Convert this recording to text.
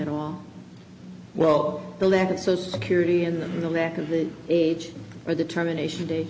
at all well the lack of social security and the lack of the age or determination